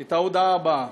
את ההודעה הבאה: